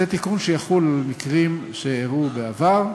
זה תיקון שיחול על מקרים שאירעו בעבר,